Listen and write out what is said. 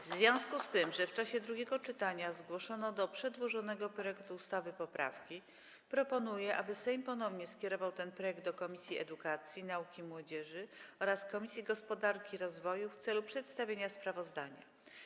W związku z tym, że w czasie drugiego czytania zgłoszono do przedłożonego projektu ustawy poprawki, proponuję, aby Sejm ponownie skierował ten projekt do Komisji Edukacji, Nauki i Młodzieży oraz Komisji Gospodarki i Rozwoju w celu przedstawienia sprawozdania.